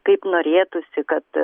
kaip norėtųsi kad